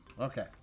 Okay